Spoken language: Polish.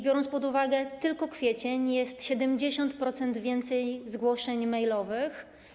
Biorąc pod uwagę tylko kwiecień, jest 70% więcej zgłoszeń mailowych.